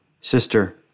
Sister